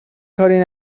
کاری